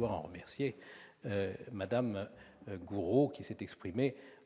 à en remercier Mme Gourault, qui s'est exprimée